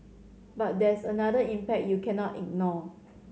but there's another impact you cannot ignore